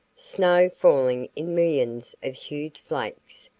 snow falling in millions of huge flakes,